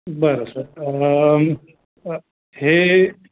बरं सर हे